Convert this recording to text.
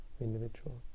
individual